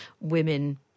women